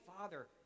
Father